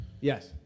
Yes